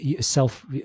Self